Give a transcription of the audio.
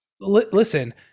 listen